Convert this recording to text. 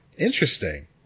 Interesting